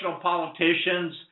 politicians